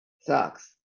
sucks